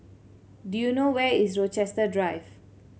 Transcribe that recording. do you know where is Rochester Drive